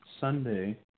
Sunday